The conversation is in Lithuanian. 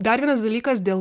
dar vienas dalykas dėl